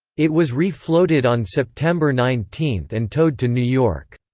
it was re-floated on september nineteen and towed to new york.